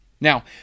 Now